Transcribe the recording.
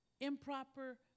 improper